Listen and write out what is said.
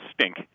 stink